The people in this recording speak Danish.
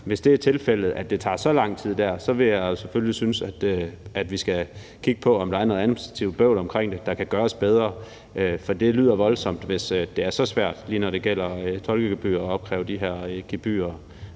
Hvis det er tilfældet, at det tager så lang tid, vil jeg selvfølgelig synes, at vi skal kigge på, om der er noget administrativt bøvl i forbindelse med det, og om det kan gøres bedre. For det lyder voldsomt, hvis det er så svært, lige når det gælder at opkræve de her